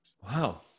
wow